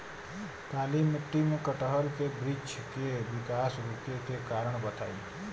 काली मिट्टी में कटहल के बृच्छ के विकास रुके के कारण बताई?